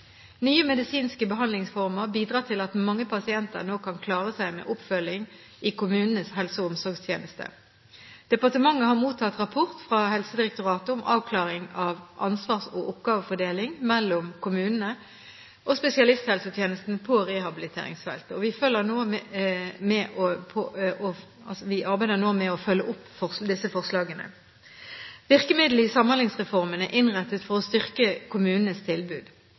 Nye medisinske behandlingsformer bidrar til at mange pasienter nå kan klare seg med oppfølging i kommunenes helse- og omsorgstjeneste. Departementet har mottatt rapport fra Helsedirektoratet om avklaring av ansvars- og oppgavefordeling mellom kommunene og spesialisthelsetjenesten på rehabiliteringsfeltet. Vi arbeider nå med å følge opp disse forslagene. Virkemidlene i samhandlingsreformen er innrettet for å styrke kommunenes tilbud.